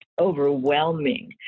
overwhelming